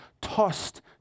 tossed